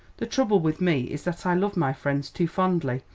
the trouble with me is that i love my friends too fondly,